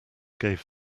gave